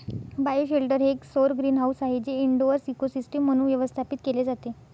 bioshelter हे एक सौर ग्रीनहाऊस आहे जे इनडोअर इकोसिस्टम म्हणून व्यवस्थापित केले जाते